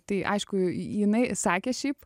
tai aišku jinai sakė šiaip